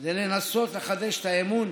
היא לנסות לחדש את האמון